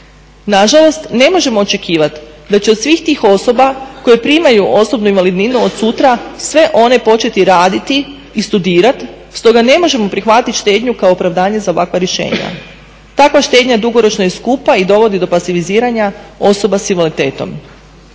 Na žalost ne možemo očekivati da će od svih tih osoba koje primaju osobnu invalidninu od sutra sve one početi raditi i studirati, stoga ne možemo prihvatiti štednju kao opravdanje za ovakva rješenja. Takva štednja dugoročno je skupa i dovodi do …/Govornica se ne razumije./… osoba sa invaliditetom.